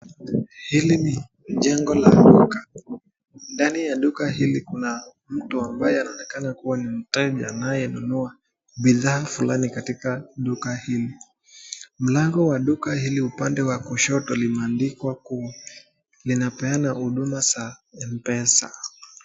Hili ni njengo la duka, ndani ya duka hili kuna mtu ambaye anaonekana kuwa ni mteja anayenunua bidhaa fulani katika duka hili. Mlango wa duka hili upande wa kushoto limeandikwa kuwa linapeana huduma za mpesa.